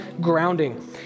grounding